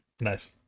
nice